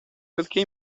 perché